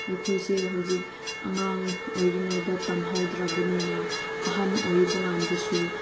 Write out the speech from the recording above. ꯑꯩꯈꯣꯏꯁꯦ ꯍꯧꯖꯤꯛ ꯑꯉꯥꯡ ꯑꯣꯏꯔꯤꯉꯩꯗ ꯇꯝꯍꯧꯗ꯭ꯔꯕꯅꯤꯅ ꯑꯍꯟ ꯑꯣꯏꯕ ꯀꯥꯟꯗꯁꯨ